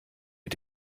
mit